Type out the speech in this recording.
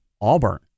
Auburn